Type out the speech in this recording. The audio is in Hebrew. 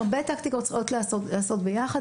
הרבה טקטיקות צריכות להיעשות ביחד,